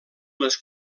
les